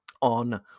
on